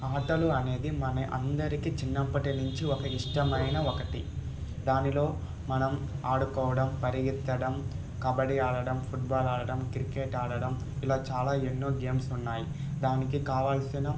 ఆటలు అనేది మన అందరికి చిన్నప్పటి నుంచి ఒక ఇష్టమైన ఒకటి దానిలో మనం ఆడుకోవడం పరిగెత్తడం కబడీ ఆడడం ఫుట్బాల్ ఆడడం క్రికెట్ ఆడడం ఇలా చాలా ఎన్నో గేమ్స్ ఉన్నాయి దానికి కావాల్సిన